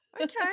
Okay